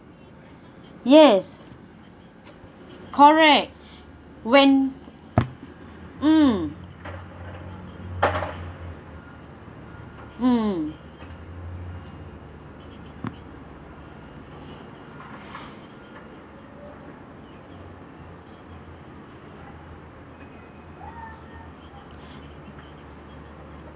yes correct when mm mm